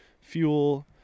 fuel